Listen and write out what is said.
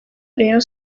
rayon